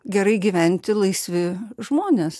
gerai gyventi laisvi žmonės